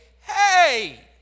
hey